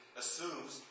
assumes